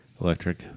electric